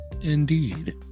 Indeed